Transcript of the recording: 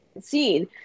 seen